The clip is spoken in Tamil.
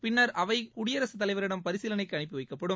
பின்னர் அவை குடியரசுத் தலைவரிடம் பரிசீலனைக்கு அனுப்பி வைக்கப்படும்